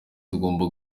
tugomba